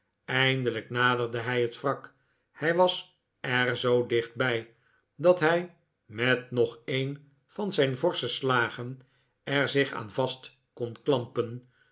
eindelijk naderde hij het wrak hij was er zoo dicht bij dat hij met nog een van zijn forsche slagen er zich aan vast kon klampen